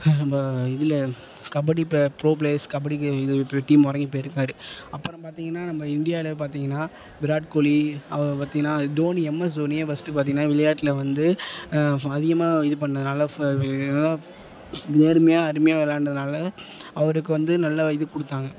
நம்ம இதில் கபடி ப ப்ரோ ப்ளேயர்ஸ் கபடிக்கு இது பி டீம் வரைக்கும் போயிருக்கார் அப்புறம் பார்த்தீங்கன்னா நம்ம இண்டியாவில பார்த்தீங்கன்னா விராட் கோலி அவரை பார்த்தீங்கன்னா டோனி எம்எஸ் டோனியே ஃபஸ்ட் பார்த்தீங்கன்னா விளையாட்டில வந்து அதிகமாக இது பண்ணதனால நேர்மையாக அருமையாக விளாண்டதுனால அவருக்கு வந்து நல்ல இது கொடுத்தாங்க